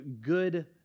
good